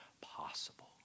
possible